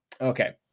okay